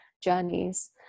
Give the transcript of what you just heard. journeys